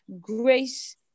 grace